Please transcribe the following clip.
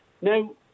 Now